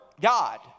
God